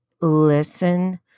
listen